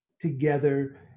together